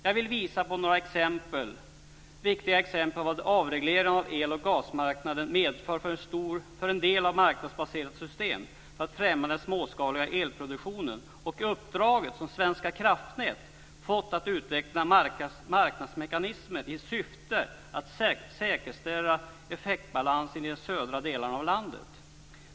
Jag vill visa på några viktiga exempel på vad avregleringen av el och gasmarknaden medför för en del av ett marknadsbaserat system för att främja den småskaliga elproduktionen och uppdraget som Svenska kraftnät fått att utveckla marknadsmekanismer i syfte att säkerställa effektbalansen i de södra delarna av landet.